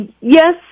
Yes